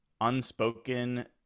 unspoken